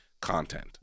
content